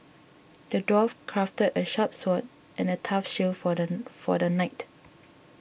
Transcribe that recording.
the dwarf crafted a sharp sword and a tough shield for the knight